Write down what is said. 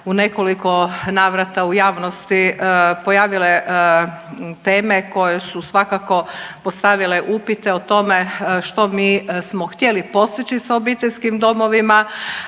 u nekoliko navrata u javnosti pojavile teme koje su svakako postavile upite o tome što mi smo htjeli postići sa obiteljskim domovima